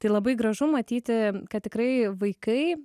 tai labai gražu matyti kad tikrai vaikai